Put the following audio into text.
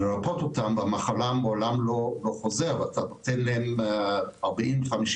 לרפא אותו מהמחלה שלעולם לא תחזור ואתה תיתן לו עולם ומלואו,